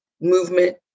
movement